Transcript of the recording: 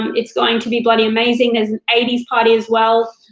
it's going to be bloody amazing. there's an eighty s party as well.